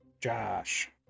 Josh